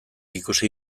ikusi